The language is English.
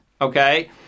okay